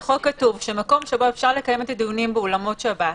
בהצעת החוק כתוב שמקום שבו אפשר לקיים את הדיונים באולמות שב"ס,